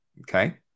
okay